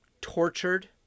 tortured